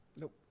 Nope